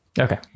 Okay